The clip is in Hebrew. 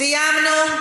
סיימנו.